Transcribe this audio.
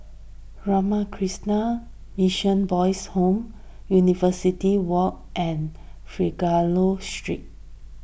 Ramakrishna Mission Boys' Home University Walk and Figaro Street